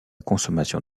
consommation